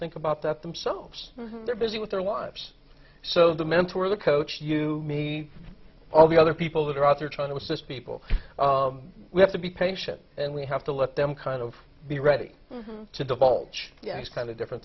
think about that themselves they're busy with their lives so the mentor the coach you me all the other people that are out there trying to assist people we have to be patient and we have to let them kind of be ready to divulge yes kind of different